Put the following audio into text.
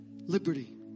liberty